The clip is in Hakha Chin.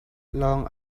lawng